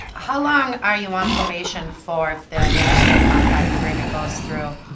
how long are you on probation for, if the interstate compact agreement goes through?